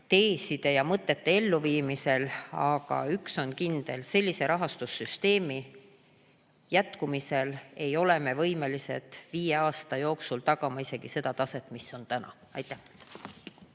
teeside ja mõtete elluviimisel. Aga üks on kindel: sellise rahastussüsteemi jätkumisel ei ole me võimelised viie aasta jooksul tagama isegi seda taset, mis on täna. Aitäh!